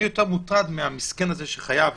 אני יותר מוטרד מהמסכן שחייב,